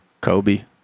Kobe